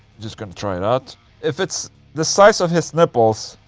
just gonna try it out if it's the size of his nipples,